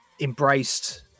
embraced